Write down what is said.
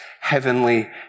heavenly